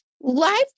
life